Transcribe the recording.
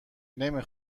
نمی